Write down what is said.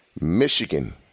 Michigan